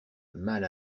mal